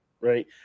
right